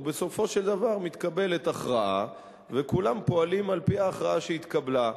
ובסופו של דבר מתקבלת הכרעה וכולם פועלים על-פי ההכרעה שהתקבלה.